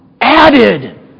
added